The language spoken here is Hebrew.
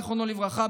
זיכרונו לברכה,